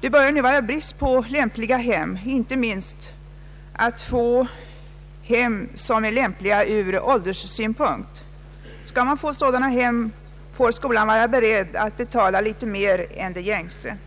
Det börjar nu bli brist på lämpliga hem, inte minst hem där vårdnadshavarna har en passande ålder. Skolan får vara beredd att betala mer än det gängse priset.